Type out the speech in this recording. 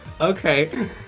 Okay